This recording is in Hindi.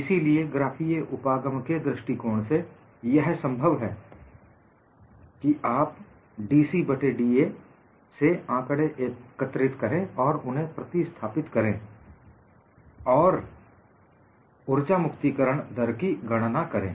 इसीलिए ग्राफीय उपागम के दृष्टिकोण से यह संभव है कि आप dC बट्टे da से आंकड़े एकत्रित करें उन्हें प्रतिस्थापित करें और ऊर्जा मुक्तिकरण दर की गणना करें